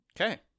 Okay